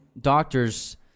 doctors